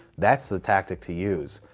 that's the tactic to use.